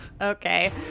Okay